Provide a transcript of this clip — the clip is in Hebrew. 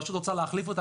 הרשות רוצה להחליף אותה,